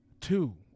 two